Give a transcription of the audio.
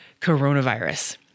coronavirus